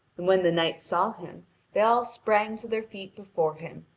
and when the knights saw him they all sprang to their feet before him,